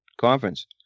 Conference